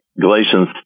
Galatians